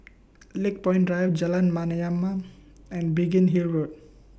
Lakepoint Drive Jalan Mayaanam and Biggin Hill Road